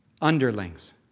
underlings